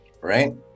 Right